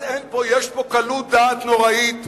אז יש פה קלות דעת נוראית,